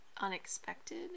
unexpected